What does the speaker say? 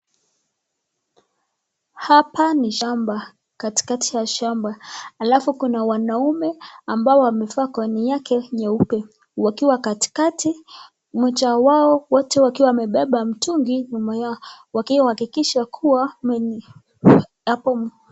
Hapa ni katikati ya shamba alafu kuna wanaume ambao wamevaa gauni yake nyeupe wakiwa katikati moja wao, wote wakiwa wamebeba mtungi nyuma yao wakiwahakikisha kuwa...